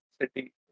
city